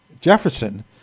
Jefferson